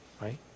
right